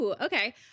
Okay